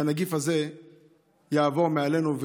שהנגיף הזה יעבור מעלינו,